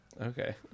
Okay